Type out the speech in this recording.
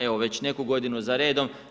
Evo, već neku godinu za redom.